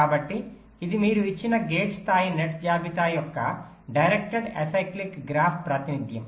కాబట్టి ఇది మీరు ఇచ్చిన గేట్ స్థాయి నెట్ జాబితా యొక్క డైరెక్ట్డ్ ఎసిక్లిక్ గ్రాఫ్ ప్రాతినిధ్యం